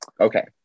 Okay